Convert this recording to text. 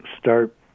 start